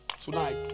Tonight